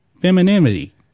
femininity